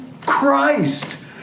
Christ